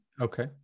Okay